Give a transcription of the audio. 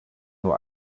nur